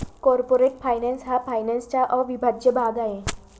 corporate finance हा फायनान्सचा अविभाज्य भाग आहे